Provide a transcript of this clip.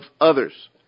others